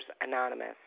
Anonymous